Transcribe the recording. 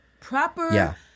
Proper